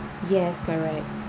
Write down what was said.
yes correct